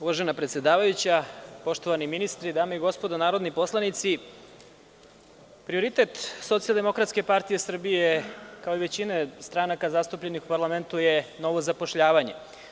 Uvažena predsedavajuća, poštovani ministri, dame i gospodo narodni poslanici, prioritet SDPS kao i većine stranaka zastupljeni u parlamentu je novo zapošljavanje.